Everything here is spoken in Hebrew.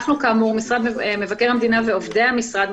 אנחנו, כאמור, משרד מבקר המדינה ועובדי המשרד,